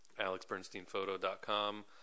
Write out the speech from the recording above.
alexbernsteinphoto.com